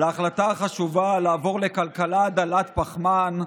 על ההחלטה החשובה לעבור לכלכלה דלת פחמן.